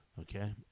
Okay